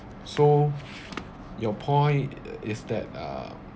so your point is that uh